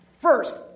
First